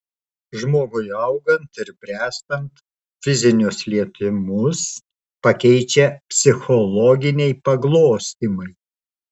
žmogui augant ir bręstant fizinius lietimus pakeičia psichologiniai paglostymai